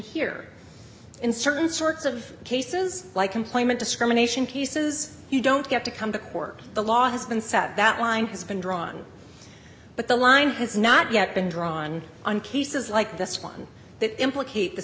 here in certain sorts of cases like employment discrimination pieces you don't get to come to court the law has been set that line has been drawn but the line has not yet been drawn on cases like this one that implicate the